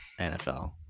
NFL